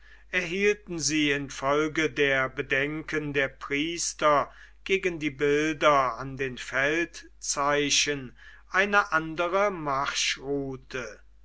erhielten sie infolge der bedenken der priester gegen die bilder an den feldzeichen eine andere